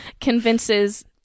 convinces